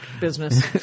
business